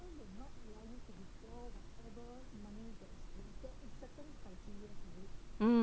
mm